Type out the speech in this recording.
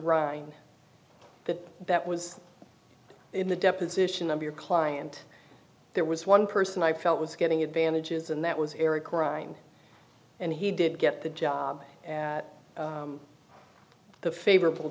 right that that was in the deposition of your client there was one person i felt was getting advantages and that was eric right and he did get the job at the favorable